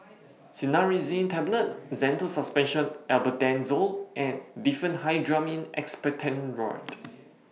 Cinnarizine Tablets Zental Suspension Albendazole and Diphenhydramine Expectorant